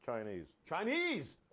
chinese. chinese!